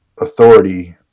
authority